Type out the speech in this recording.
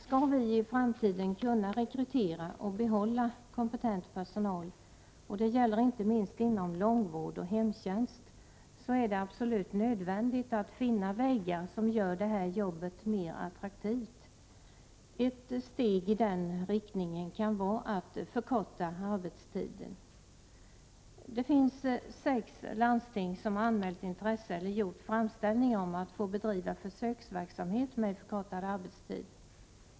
Om vi i framtiden skall kunna rekrytera och behålla kompetent personal — det gäller inte minst inom långvård och hemtjänst — är det absolut nödvändigt att finna vägar som gör sådana jobb mer attraktiva. Ett steg i den riktningen kan vara att förkorta arbetstiden. Det finns sex landsting som har anmält intresse eller gjort framställning om att få bedriva försöksverksamhet med förkortad arbetstid.